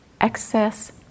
excess